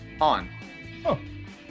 on